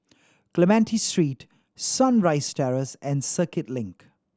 Clementi Street Sunrise Terrace and Circuit Link